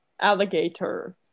Alligator